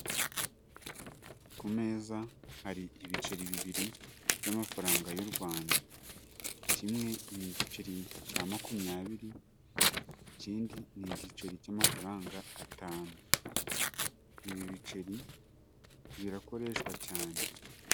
Ku meza hari ibiceri bibiri by'amafaranga y'u Rwanda, kimwe n'igiceri cya makumyabiri ikindi ni igiceri cy'amafaranga atanu. Ibi biceri birakoreshwa cyane.